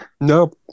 No